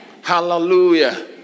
Hallelujah